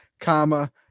Comma